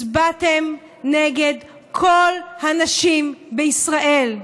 הצבעתם נגד כל הנשים בישראל.